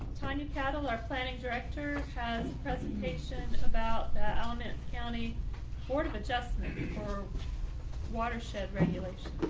tanya cattle. our planning director has presentation about the alamance county sort of adjustment before watershed regulation.